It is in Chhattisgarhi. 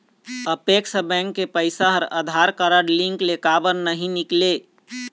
अपेक्स बैंक के पैसा हा आधार कारड लिंक ले काबर नहीं निकले?